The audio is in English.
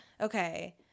okay